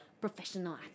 professional